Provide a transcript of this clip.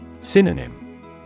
Synonym